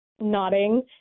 nodding